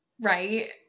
right